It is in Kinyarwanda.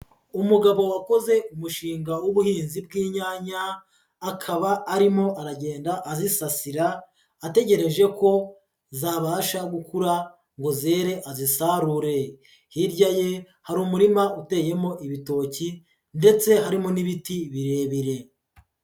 Umugabo wakoze umushinga w'ubuhinzi bw'inyanya, akaba arimo aragenda azisasira, ategereje ko zabasha gukura ngo azisarure, hirya ye hari umurima uteyemo ibitoki ndetse harimo n'ibiti birebire.